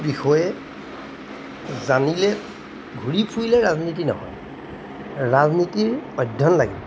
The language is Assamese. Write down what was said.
বিষয়ে জানিলে ঘূৰি ফুৰিলে ৰাজনীতি নহয় ৰাজনীতিৰ অধ্যয়ন লাগিল